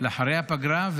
אחרי הפגרה,